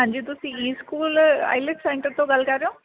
ਹਾਂਜੀ ਤੁਸੀਂ ਈ ਸਕੂਲ ਆਈਲੈਟਸ ਸੈਂਟਰ ਤੋਂ ਗੱਲ ਕਰ ਰਹੇ ਹੋ